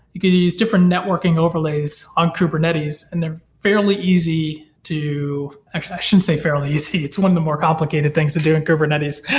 you can use different networking overlays on kubernetes and they're fairly easy to actually, i shouldn't say fairly easy. it's one of the more complicated things to do in kubernetes.